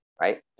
Right